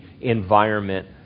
environment